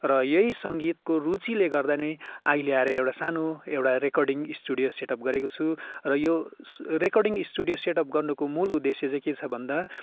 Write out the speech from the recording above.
र यही सङ्गीतको रुचिले गर्दा नै अहिले आएर एउटा सानो एउटा रेकर्डिङ स्टुडियो सेट अप गरेको छु र यो रेकर्डिङ स्टुडियो सेट अप गर्नुको मूल उद्देश्य चाहिँ के छ भन्दा